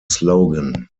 slogan